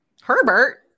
Herbert